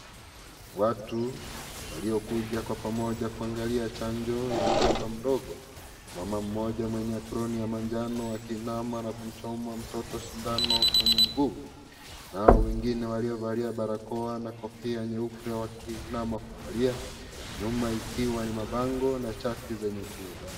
Watu waliokuja kwa pamoja kuangalia chanjo ya mtoto mdogo mama mmoja mwenye aproni ya manjano akiinama na kumchoma mtoto sindano kwenye mguu nao wengine waliovalia barakoa na kofia nyeupe wakiinama kuangalia nyuma ikiwa ni mabango na chati zenye ukuta.